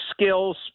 skills